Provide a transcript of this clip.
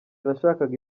nashakaga